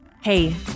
Hey